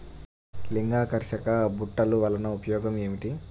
లింగాకర్షక బుట్టలు వలన ఉపయోగం ఏమిటి?